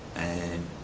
and